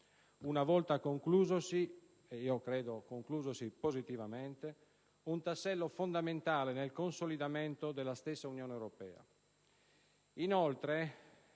una volta conclusosi (ed io credo positivamente), un tassello fondamentale nel consolidamento della stessa Unione europea.